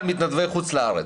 מח"ל מתנדבי חוץ לארץ,